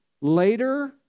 later